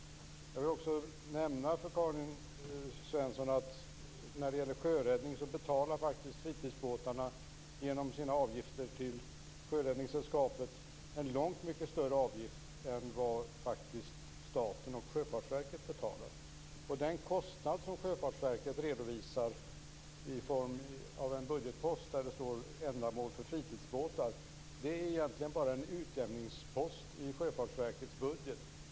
Jag vill också nämna för Karin Svensson Smith att när det gäller sjöräddning betalar faktiskt fritidsbåtarna genom sina avgifter till Sjöräddningssällskapet en långt mycket större avgift än vad staten och Sjöfartsverket betalar. Den kostnad som Sjöfartsverket redovisar i form av en budgetpost över ändamål för fritidsbåtar är egentligen bara en utjämningspost i Sjöfartsverkets budget.